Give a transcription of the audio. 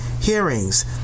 Hearings